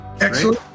Excellent